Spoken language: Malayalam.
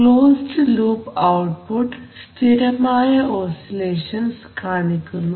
ക്ലോസ്ഡ് ലൂപ് ഔട്ട്പുട്ട് സ്ഥിരമായ ഓസിലേഷൻസ് കാണിക്കുന്നു